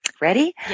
Ready